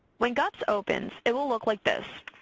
when gups opens, it will look like this.